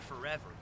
forever